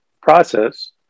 process